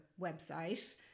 website